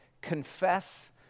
confess